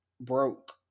Broke